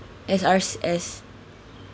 S_R_S